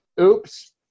Oops